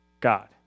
God